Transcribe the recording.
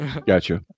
gotcha